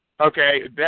Okay